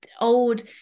old